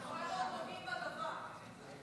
נוגעים בדבר.